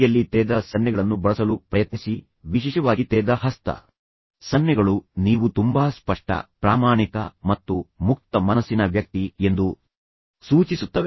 ಯಲ್ಲಿ ತೆರೆದ ಸನ್ನೆಗಳನ್ನು ಬಳಸಲು ಪ್ರಯತ್ನಿಸಿ ವಿಶೇಷವಾಗಿ ತೆರೆದ ಹಸ್ತ ಸನ್ನೆಗಳು ನೀವು ತುಂಬಾ ಸ್ಪಷ್ಟ ಪ್ರಾಮಾಣಿಕ ಮತ್ತು ಮುಕ್ತ ಮನಸ್ಸಿನ ವ್ಯಕ್ತಿ ಎಂದು ಸೂಚಿಸುತ್ತವೆ